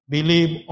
Believe